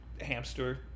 hamster